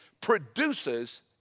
produces